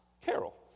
Carol